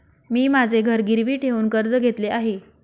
मी माझे घर गिरवी ठेवून कर्ज घेतले आहे